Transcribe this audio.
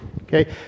Okay